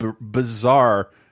bizarre